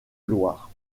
loire